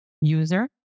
user